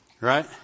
Right